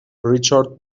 ریچارد